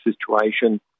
situation